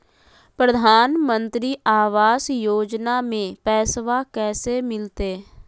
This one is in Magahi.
प्रधानमंत्री आवास योजना में पैसबा कैसे मिलते?